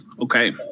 Okay